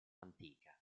antica